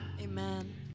Amen